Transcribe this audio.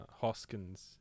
Hoskins